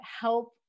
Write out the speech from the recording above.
help